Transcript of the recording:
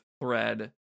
thread